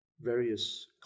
various